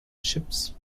ships